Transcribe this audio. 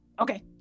Okay